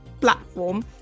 platform